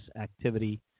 activity